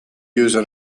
user